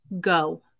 go